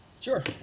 sure